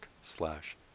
slash